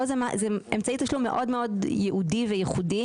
פה זה אמצעי תשלום מאוד מאוד ייעודי וייחודי,